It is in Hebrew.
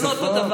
זה לא אותו הדבר.